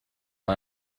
her